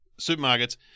supermarkets